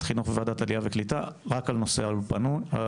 חינוך וועדת העלייה והקליטה רק על נושא האולפנים.